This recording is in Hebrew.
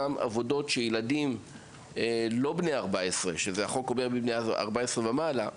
ילדים לא בני 14 והחוק אומר בני 14 ומעלה,